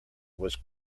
was